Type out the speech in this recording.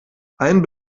allen